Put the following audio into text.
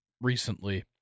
recently